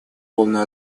полную